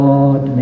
God